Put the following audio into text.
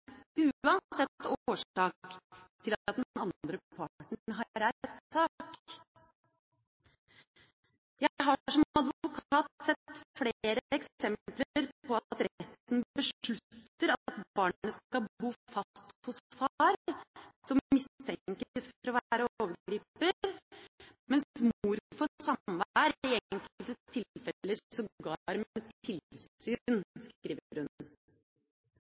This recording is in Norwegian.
uansett årsak til at den andre parten har reist sak. Hun skriver: «Jeg har som advokat sett flere eksempler på at retten beslutter at barnet skal bo fast hos far